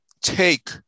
take